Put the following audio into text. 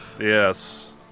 Yes